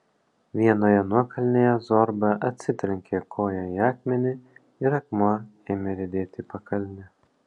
vienoje nuokalnėje zorba atsitrenkė koja į akmenį ir akmuo ėmė riedėti į pakalnę